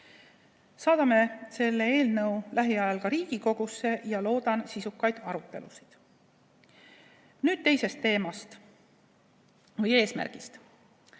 Saadame selle eelnõu lähiajal Riigikogusse ja loodan sisukaid arutelusid. Nüüd teisest teemast või eesmärgist: